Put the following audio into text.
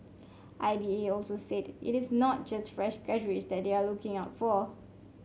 I D A also said it is not just fresh graduates that they are looking out for